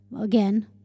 again